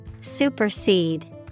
Supersede